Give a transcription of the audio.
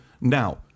now